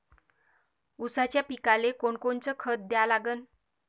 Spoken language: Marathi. ऊसाच्या पिकाले कोनकोनचं खत द्या लागन?